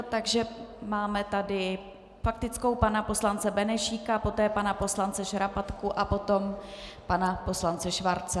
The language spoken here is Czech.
Takže máme tady faktickou pana poslance Benešíka, poté pana poslance Šarapatky a potom pana poslance Schwarze.